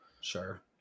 sure